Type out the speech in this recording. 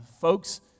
folks